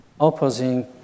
opposing